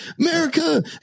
America